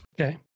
Okay